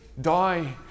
Die